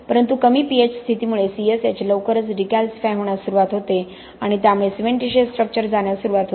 परंतु कमी pH स्थितीमुळे C S H लवकरच डिकॅल्सीफाय होण्यास सुरवात होतो आणि त्यामुळे सिमेंटिशिअस स्ट्रक्चर जाण्यास सुरुवात होते